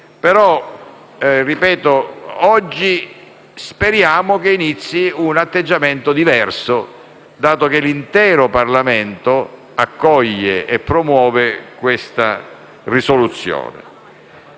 Ripeto, oggi speriamo inizi un atteggiamento diverso, dato che l'intero Parlamento accoglie e promuove l'ordine